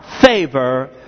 favor